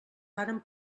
varen